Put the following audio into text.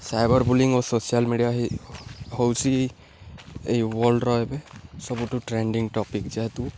cyber bullying ଓ social media ହେଉଛି ଏଇ ୱାର୍ଲଡ଼ର ଏବେ ସବୁଠୁ ଟ୍ରେଣ୍ଡିଙ୍ଗ ଟପିକ୍ ଯେହେତୁ